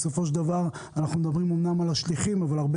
בסופו של דבר אנחנו מדברים הרבה על השליחים אבל הרבה